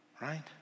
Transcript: right